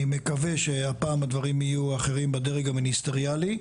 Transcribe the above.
אני מקווה שהפעם הדברים יהיו אחרים בדרג המיניסטריאלי,